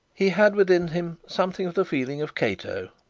he had within him something of the feeling of cato,